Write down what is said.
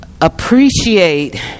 appreciate